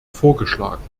vorgeschlagen